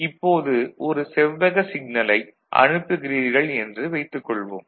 இப்போது ஒரு செவ்வக சிக்னலை அனுப்புகிறீர்கள் என்று வைத்துக் கொள்வோம்